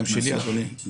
גם שלי, אדוני השר.